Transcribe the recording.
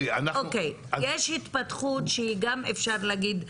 אוקיי, יש התפתחות שגם אפשר להגיד,